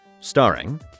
Starring